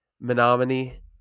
menominee